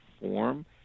form